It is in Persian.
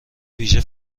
ویژه